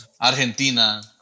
Argentina